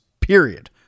period